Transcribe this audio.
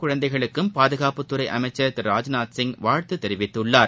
குழந்தைகளுக்கும் பாதுகாப்புத்துறைஅமைச்சர் அனைத்துபெண் திரு ராஜ்நாத் சிங் வாழ்த்துதெரிவித்துள்ளார்